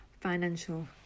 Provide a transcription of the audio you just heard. financial